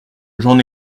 j’en